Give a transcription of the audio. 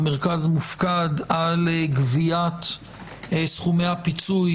המרכז מופקד על גביית סכומי הפיצוי,